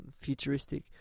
futuristic